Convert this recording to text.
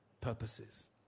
purposes